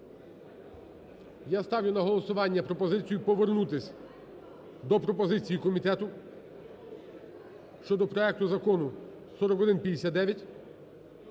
Я ставлю на голосування пропозицію повернутися до пропозиції комітету щодо проекту Закону (4159)